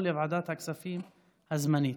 או לוועדת הכספים הזמנית.